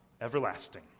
everlasting